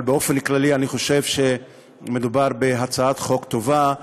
אבל באופן כללי אני חושב שמדובר בהצעת חוק טובה,